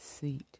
seat